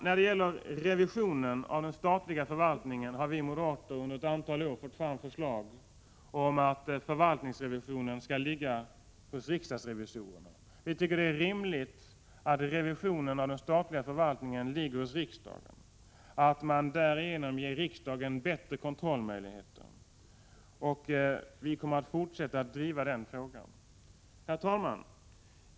När det gäller revisionen av den offentliga förvaltningen har vi moderater under ett antal år fört fram förslag om att förvaltningsrevisionen skall ligga | hos riksdagsrevisorerna. Vi tycker att det är rimligt att revisionen av den statliga förvaltningen ligger hos riksdagen, så att man därigenom ger riksdagen bättre kontrollmöjligheter. Vi kommer att fortsätta att driva den här frågan. Herr talman!